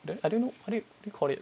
then I don't know what do you call it